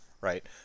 right